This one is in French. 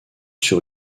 sur